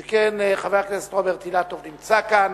שכן חבר הכנסת רוברט אילטוב נמצא כאן,